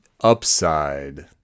upside